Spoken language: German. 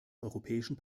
europäischen